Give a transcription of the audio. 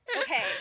Okay